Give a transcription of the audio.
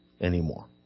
anymore